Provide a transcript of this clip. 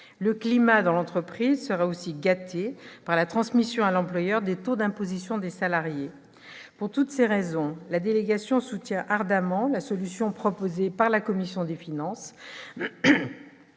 Le climat dans l'entreprise sera aussi gâté par la transmission à l'employeur des taux d'imposition des salariés. Pour toutes ces raisons, la délégation soutient ardemment la solution proposée par la commission des finances.